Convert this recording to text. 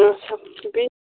اَچھا بیٚیہِ